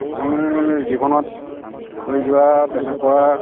মোৰ জীৱনত হৈ যোৱা তেনেকুৱা